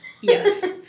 Yes